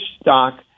stock